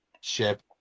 ship